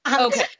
Okay